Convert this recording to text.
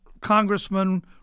congressman